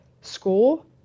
school